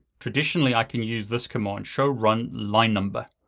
traditionally i can use this command, show run line number.